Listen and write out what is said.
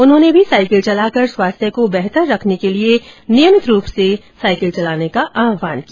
उन्होंने भी साईकिल चलाकर स्वास्थ्य को बेहतर रखने के लिए नियमित रूप से साईकिल चलाने का आव्हान किया